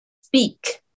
speak